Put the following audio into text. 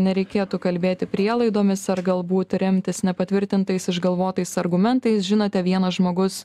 nereikėtų kalbėti prielaidomis ar galbūt remtis nepatvirtintais išgalvotais argumentais žinote vienas žmogus